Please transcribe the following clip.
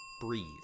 breathe